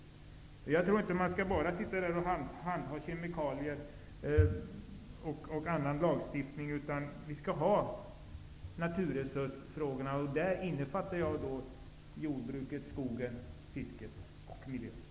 Jag tror inte att man bara skall handha kemikalier och lagstiftning, utan man skall ha hand om naturresursfrågorna. Där innefattar jag jordbruket, skogen, fisket och miljön.